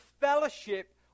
fellowship